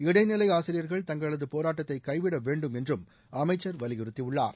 இடைநிலை ஆசிரியர்கள் தங்களது போராட்டத்தை கைவிட வேண்டும் என்றும் அமைச்சர் வலியுறுத்தியுள்ளார்